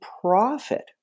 profit